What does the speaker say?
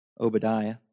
Obadiah